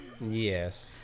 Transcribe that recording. yes